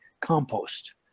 compost